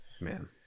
Man